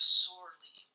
sorely